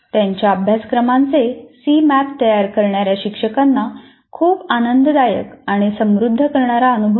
त्यांच्या अभ्यासक्रमांचे C map तयार करणाऱ्या शिक्षकांना खूप आनंददायक आणि समृद्ध करणारा अनुभव आला